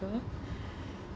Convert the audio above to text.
lower